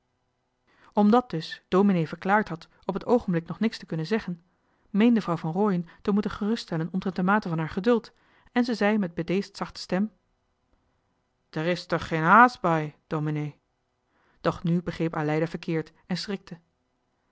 omdat dus dominee verklaard had op het oogenblik nog niks te kunnen zeggen meende vrouw van rooien te moeten gerust johan de meester de zonde in het deftige dorp stellen omtrent de mate van haar geduld en ze zei met bedeesd zachte stem d'er is tuch cheen haas bai daumenee doch nu begreep aleida verkeerd en schrikte